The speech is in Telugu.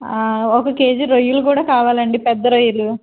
ఒక కేజీ రొయ్యలు కూడా కావాలండి పెద్ద రొయ్యలు